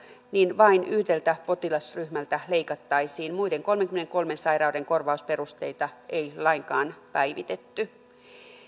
niin vain yhdeltä potilasryhmältä leikattaisiin muiden kolmenkymmenenkolmen sairauden korvausperusteita ei lainkaan päivitetty